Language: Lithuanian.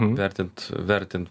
vertinti vertinti